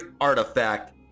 artifact